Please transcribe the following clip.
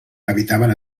habitaven